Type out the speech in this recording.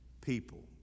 people